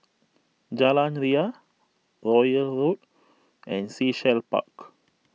Jalan Ria Royal Road and Sea Shell Park